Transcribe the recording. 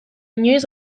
inoiz